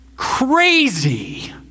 crazy